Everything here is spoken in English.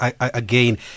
again